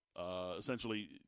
essentially